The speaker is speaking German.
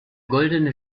goldene